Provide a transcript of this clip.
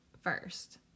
first